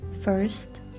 first